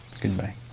Goodbye